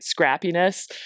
scrappiness